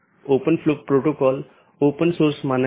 और यह मूल रूप से इन पथ विशेषताओं को लेता है